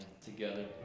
together